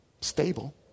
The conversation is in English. stable